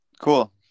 Cool